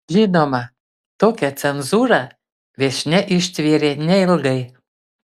žinoma tokią cenzūrą viešnia ištvėrė neilgai